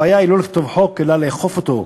הבעיה היא לא לכתוב חוק אלא לאכוף אותו.